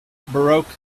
baroque